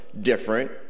different